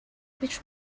which